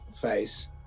face